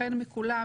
החל מכולם,